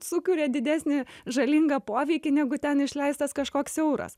sukuria didesnį žalingą poveikį negu ten išleistas kažkoks euras